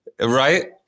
right